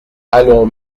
allons